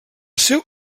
seu